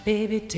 Baby